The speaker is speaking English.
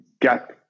gap